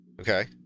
Okay